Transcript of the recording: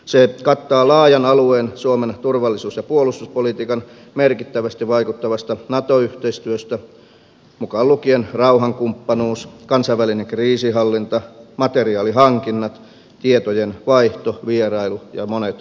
se kattaa laajan alueen suomen turvallisuus ja puolustuspolitiikkaan merkittävästi vaikuttavasta nato yhteistyöstä mukaan lukien rauhankumppanuus kansainvälinen kriisinhallinta materiaalihankinnat tietojenvaihto vierailu ja monet muut asiat